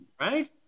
Right